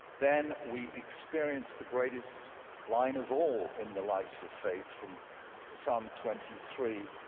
then we experience the greatest line of all in the life of faith from psalm twenty three,